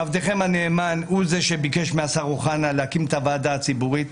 עבדכם הנאמן הוא זה שביקש מהשר אוחנה להקים את הוועדה הציבורית.